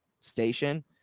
station